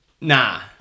nah